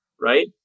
right